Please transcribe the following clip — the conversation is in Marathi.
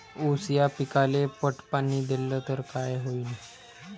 ऊस या पिकाले पट पाणी देल्ल तर काय होईन?